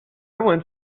went